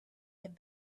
their